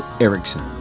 Erickson